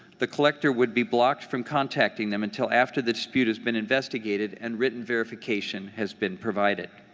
the collector would be blocked from contacting them until after the dispute has been investigated and written verification has been provided.